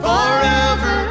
Forever